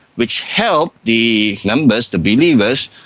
which help the members, the believers,